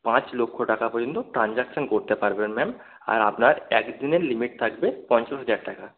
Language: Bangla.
পাঁচ লক্ষ টাকা পর্যন্ত ট্রানজ্যাকশন করতে পারবেন ম্যাম আর আপনার এক দিনের লিমিট থাকবে পঞ্চাশ হাজার টাকা